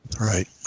Right